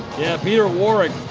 yeah, peter warrick,